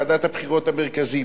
ועדת הבחירות המרכזית,